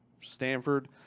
Stanford